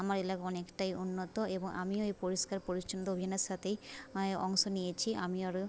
আমার এলাকা অনেকটাই উন্নত এবং আমিও এই পরিষ্কার পরিচ্ছন্ন অভিযানের সাথেই অংশ নিয়েছি আমি আরও